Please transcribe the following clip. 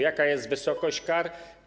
Jaka jest wysokość kar?